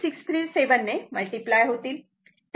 637 ने मल्टिप्लाय होतील